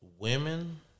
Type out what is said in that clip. Women